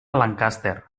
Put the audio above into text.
lancaster